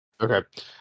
Okay